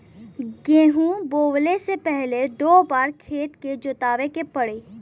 गेंहू बोवले से पहिले दू बेर खेत के जोतवाए के पड़ी